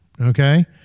Okay